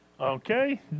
Okay